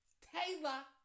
Taylor